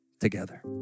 together